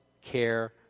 care